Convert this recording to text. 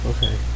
Okay